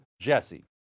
JESSE